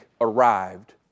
arrived